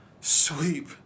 Sweep